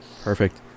Perfect